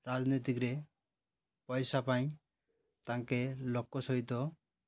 ରତିନୀତିରେ ପଇସା ପାଇଁ ତାଙ୍କେ ଲୋକ ସହିତ